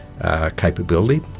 Capability